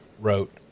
wrote